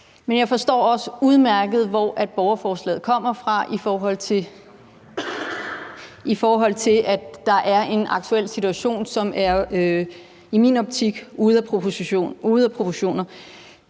Men jeg forstår også udmærket, hvor borgerforslaget kommer fra, i forhold til at der er en aktuel situation, som i min optik er ude af proportioner.